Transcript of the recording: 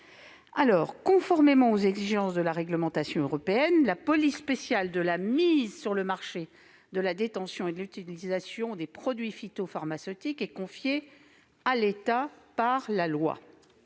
Conformément aux exigences de la réglementation européenne, la police spéciale de la mise sur le marché de la détention et de l'utilisation des produits phytopharmaceutiques est confiée à l'État par la loi.